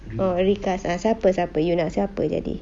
oh recast ah siapa siapa you nak siapa jadi